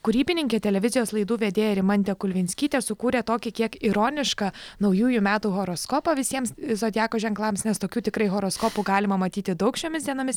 kūrybininkė televizijos laidų vedėja rimantė kulvinskytė sukūrė tokį kiek ironišką naujųjų metų horoskopą visiems zodiako ženklams nes tokių tikrai horoskopų galima matyti daug šiomis dienomis